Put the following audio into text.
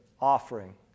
offering